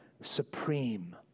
supreme